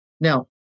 Now